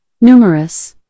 Numerous